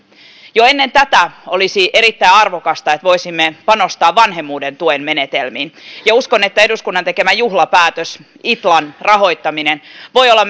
jo ennen tätä olisi erittäin arvokasta että voisimme panostaa vanhemmuuden tuen menetelmiin ja uskon että eduskunnan tekemään juhlapäätökseen itlan rahoittamiseen liittyen siellä voi olla